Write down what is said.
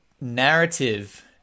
narrative